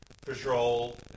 patrol